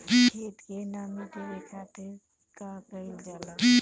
खेत के नामी देवे खातिर का कइल जाला?